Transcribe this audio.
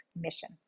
mission